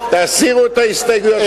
תסירו את ההסתייגויות,